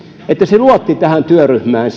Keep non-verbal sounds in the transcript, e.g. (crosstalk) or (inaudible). että se luotti tähän työryhmään (unintelligible)